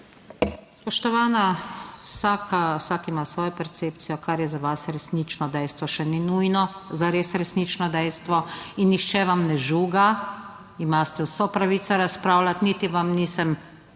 Spoštovana, vsaka, vsak ima svojo percepcijo. Kar je za vas resnično dejstvo, še ni nujno zares resnično dejstvo. In nihče vam ne žuga, imate vso pravico razpravljati, niti vam nisem